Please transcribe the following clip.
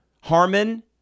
Harmon